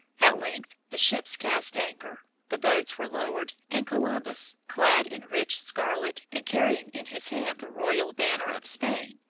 at length the ships cast anchor, the boats were lowered, and columbus, clad in rich scarlet and carrying in his hand the royal banner of spain,